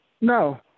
No